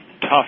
tough